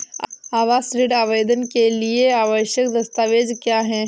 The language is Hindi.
आवास ऋण आवेदन के लिए आवश्यक दस्तावेज़ क्या हैं?